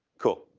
cool,